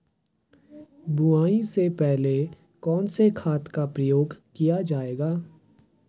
बुआई से पहले कौन से खाद का प्रयोग किया जायेगा?